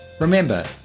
Remember